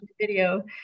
video